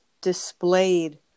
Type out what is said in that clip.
displayed